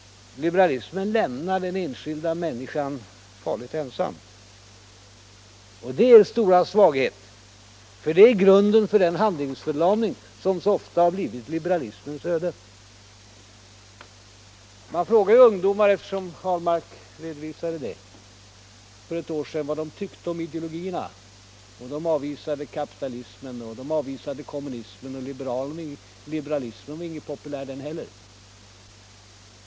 Liberalismen lämnar den enskilda människan fasligt ensam. Det är er stora svaghet, för det är grunden för den handlingsförlamning som så ofta blivit liberalismens öde. Man frågade ju ungdomar — herr Ahlmark redovisade det — för ett år sedan vad de tyckte om ideologierna. De avvisade kapitalismen och de avvisade kommunismen, och liberalismen var inte populär den heller.